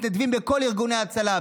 מתנדבים בכל ארגוני ההצלה,